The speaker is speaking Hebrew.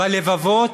בלבבות,